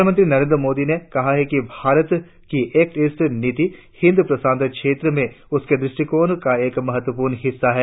प्रधानमंत्री नरेंद्र मोदी ने कहा है कि भारत की एक्ट ईस्ट नीति हिंद प्रशांत क्षेत्र में उसके दृष्टिकोण का एक महत्वपूर्ण हिस्सा है